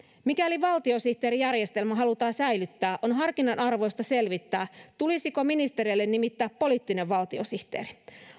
mikäli valtiosihteerijärjestelmä halutaan säilyttää on harkinnanarvoista selvittää tulisiko ministereille nimittää poliittinen valtiosihteeri